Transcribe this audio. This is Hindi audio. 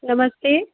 नमस्ते